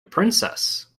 princess